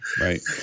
Right